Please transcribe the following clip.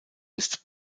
ist